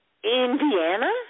Indiana